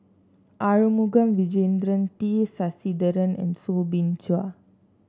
Arumugam Vijiaratnam T Sasitharan and Soo Bin Chua